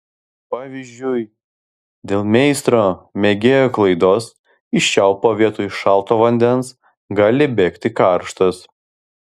pavyzdžiui dėl meistro mėgėjo klaidos iš čiaupo vietoj šalto vandens gali bėgti karštas